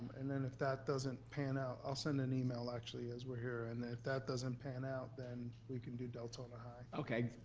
and then if that doesn't pan out, i'll send an email actually, as we're here. and if that doesn't pan out, then we can do deltona high. okay,